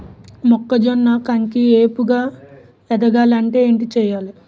మొక్కజొన్న కంకి ఏపుగ ఎదగాలి అంటే ఏంటి చేయాలి?